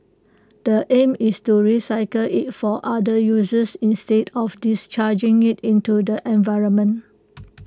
the aim is to recycle IT for other uses instead of discharging IT into the environment